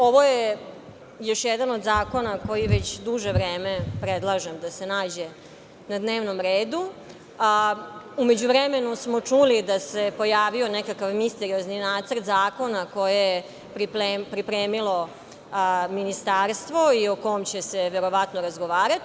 Ovo je još jedan od zakona koji već duže vreme predlažem da se nađe na dnevnom redu, a u međuvremenu smo čuli da se pojavio nekakav misteriozni nacrt zakona koji je pripremilo ministarstvo i o kom će se verovatno razgovarati.